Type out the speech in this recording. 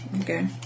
Okay